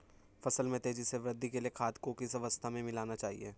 फसल में तेज़ी से वृद्धि के लिए खाद को किस अवस्था में मिलाना चाहिए?